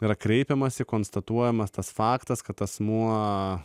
yra kreipiamasi konstatuojamas tas faktas kad asmuo